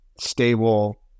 stable